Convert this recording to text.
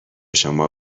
شما